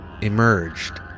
emerged